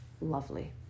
lovely